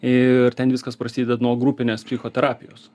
ir ten viskas prasideda nuo grupinės psichoterapijos